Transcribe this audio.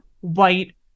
white